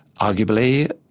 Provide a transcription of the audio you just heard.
arguably